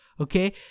Okay